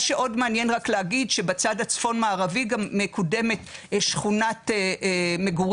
מה שעוד מעניין רק להגיד שבצד הצפון מערבי גם מקודמת שכונת מגורים